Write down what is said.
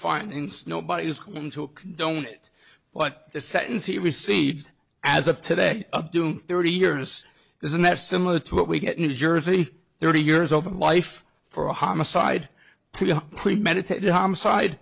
findings nobody is going to condone it but the sentence he received as of today of doing thirty years isn't that similar to what we get new jersey thirty years of life for a homicide premeditated homicide